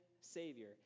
savior